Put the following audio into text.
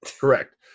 correct